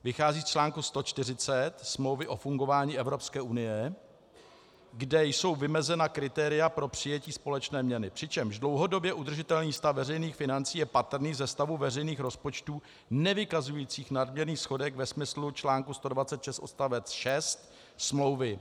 Vychází z článku 140 Smlouvy o fungování EU, kde jsou vymezena kritéria pro přijetí společné měny, přičemž dlouhodobě udržitelný stav veřejných financí je patrný ze stavu veřejných rozpočtů nevykazujících nadměrný schodek ve smyslu článku 126 odst. 6 smlouvy.